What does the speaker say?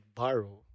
borrow